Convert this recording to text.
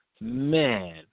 man